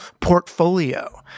portfolio